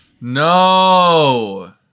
No